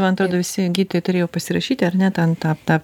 man atrodo visi gydtojai turėjo pasirašyti ar ne ten tą tą